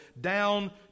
down